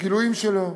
בגילויים שלו,